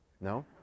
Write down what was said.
No